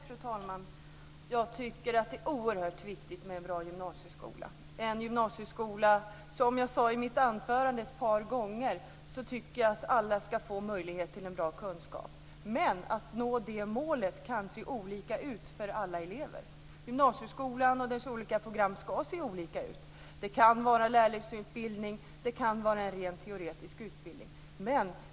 Fru talman! Jag tycker att det är oerhört viktigt med en bra gymnasieskola. Som jag sade ett par gånger i mitt anförande tycker jag att alla ska få möjlighet till bra kunskap. Men sättet som eleverna når det målet på kan se olika ut. Gymnasieskolan och dess olika program ska se olika ut. Det kan vara lärlingsutbildning, det kan vara en rent teoretisk utbildning.